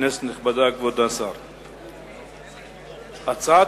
אנחנו עוברים להצעת